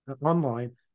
online